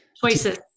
Choices